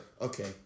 Okay